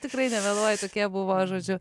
tikrai nemeluoju tokie buvo žodžiu